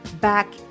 back